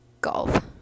golf